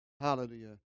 Hallelujah